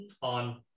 on